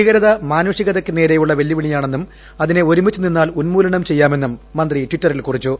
ഭീകരത മാനുഷികതയ്ക്ക് നേരെയുള്ള വെല്ലുവിളിയാണെന്നും അതിനെ ഒരുമിച്ച് നിന്നാൽ ഉൻമൂലനം ചെയ്യാമെന്നും മന്ത്രി ടിറ്ററിൽ കുറിച്ചു